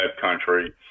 country